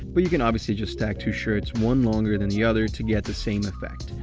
but you can obviously just tack two shirts, one longer than the other, to get the same effect.